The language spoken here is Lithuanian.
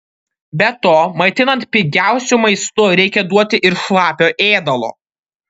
be to maitinant pigiausiu maistu reikia duoti ir šlapio ėdalo